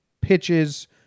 pitches